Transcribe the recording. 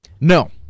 No